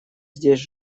здесь